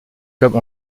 comme